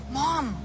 mom